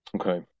Okay